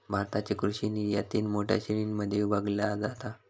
भारताची कृषि निर्यात तीन मोठ्या श्रेणीं मध्ये विभागली जाता